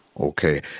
Okay